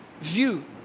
view